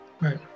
Right